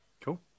Cool